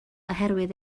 oherwydd